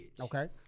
Okay